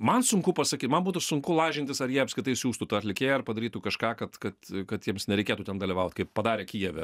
man sunku pasakyt man būtų sunku lažintis ar jie apskritai siųstų tą atlikėją ar padarytų kažką kad kad kad jiems nereikėtų ten dalyvaut kaip padarė kijeve